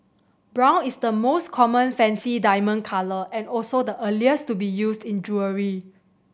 brown is the most common fancy diamond colour and also the earliest to be used in jewellery